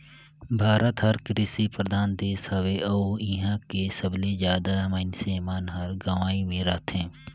भारत हर कृसि परधान देस हवे अउ इहां के सबले जादा मनइसे मन हर गंवई मे रथें